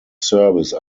service